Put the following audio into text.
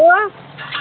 hello